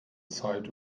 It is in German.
zeit